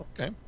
Okay